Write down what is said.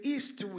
East